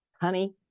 honey